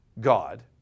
God